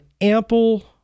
ample